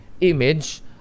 image